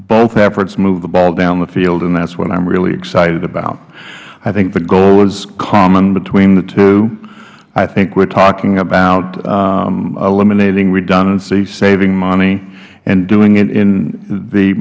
both efforts move the ball down the field and that's what i'm really excited about i think the goal is common between the two i think we're talking about eliminating redundancy saving money and doing it in the